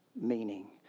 meaning